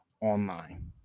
online